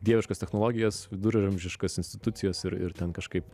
dieviškas technologijas viduramžiškas institucijas ir ir ten kažkaip